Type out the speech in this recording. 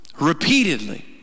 Repeatedly